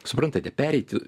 suprantate pereiti